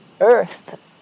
earth